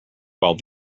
while